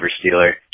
Stealer